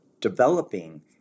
developing